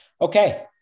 Okay